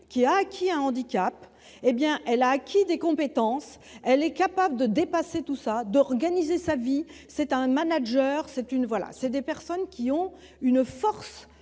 qui a, qui a un handicap, hé bien elle a acquis des compétences, elle est capable de dépasser tout ça d'organiser sa vie c'est un Manager c'est une voilà c'est des personnes qui ont une force